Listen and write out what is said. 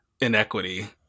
inequity